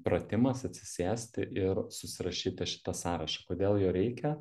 pratimas atsisėsti ir susirašyti šitą sąrašą kodėl jo reikia